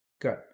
Good